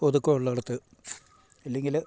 ഒതുക്കം ഉള്ളിടത്ത് ഇല്ലെങ്കിൽ